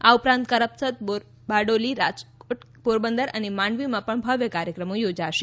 આ ઉપરાંત કરમસદ બારડોલી રાજકોટ પોરબંદર અને માંડવીમાં પણ ભવ્ય કાર્યક્રમો યોજાશે